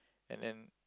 and then